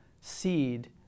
seed